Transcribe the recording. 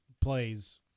plays